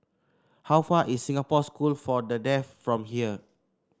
how far is Singapore School for the Deaf from here